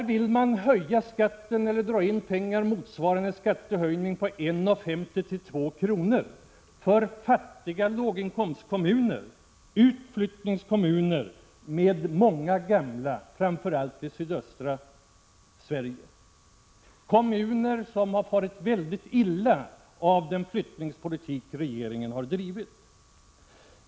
Man vill dra in pengar motsvarande en skattehöjning av 1:50-2 kr. för fattiga låginkomstkommuner, utflyttningskommuner med många gamla människor, framför allt i sydöstra Sverige. Det är kommuner som har farit illa av den flyttningspolitik regeringen har bedrivit.